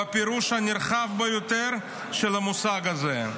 בפירוש הנרחב ביותר של המושג הזה".